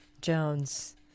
jones